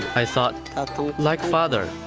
i thought, like father,